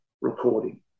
recording